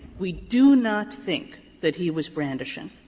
we do not think that he was brandishing,